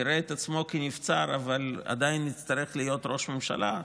יראה את עצמו כנבצר אבל עדיין יצטרך להיות ראש ממשלה?